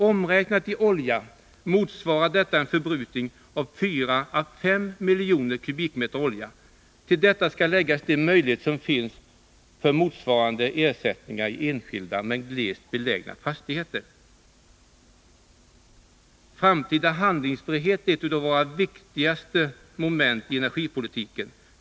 Omräknat i olja motsvarar detta en förbrukning av 4 å 5 miljoner kubikmeter olja. Till detta skall läggas de möjligheter som finns för motsvarande ersättningar i enskilda, mer glest liggande fastigheter. Framtida handlingsfrihet är ett av våra viktigaste moment i energipolitiken.